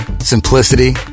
simplicity